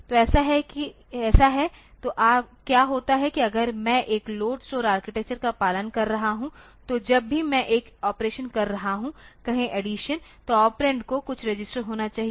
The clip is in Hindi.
तो ऐसा है तो क्या होता है कि अगर मैं एक लोड स्टोर आर्किटेक्चर का पालन कर रहा हूं तो जब भी मैं एक ऑपरेशन कह रहा हूं कहे एडिसन तो ऑपरेंड को कुछ रजिस्टर होना चाहिए